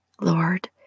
Lord